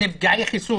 חיסון?